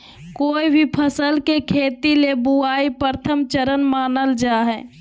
कोय भी फसल के खेती ले बुआई प्रथम चरण मानल जा हय